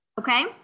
Okay